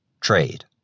trade